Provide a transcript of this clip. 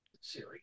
Siri